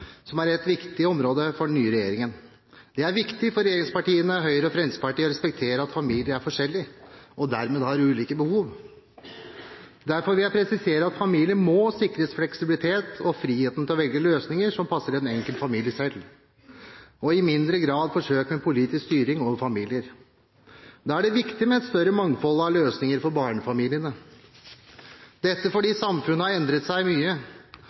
som er et viktig område for den nye regjeringen. Det er viktig for regjeringspartiene, Høyre og Fremskrittspartiet, å respektere at familier er forskjellige og dermed har ulike behov. Derfor vil jeg presisere at familien må sikres fleksibilitet og frihet til å velge løsninger selv som passer den enkelte familie. Vi må i mindre grad forsøke å bedrive politisk styring over familier. Da er det viktig med et større mangfold av løsninger for barnefamiliene, fordi samfunnet har endret seg mye,